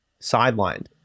sidelined